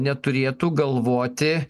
neturėtų galvoti